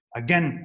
again